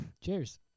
Cheers